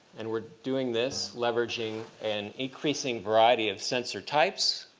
and we're doing this leveraging an increasing variety of sensor types.